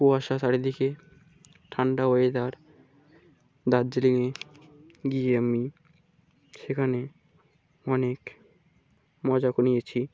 কুয়াশা চারিদিকে ঠান্ডা ওয়েদার দার্জিলিংয়ে গিয়ে আমি সেখানে অনেক মজা করে নিয়েছি